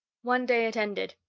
one day it ended.